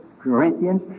Corinthians